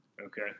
Okay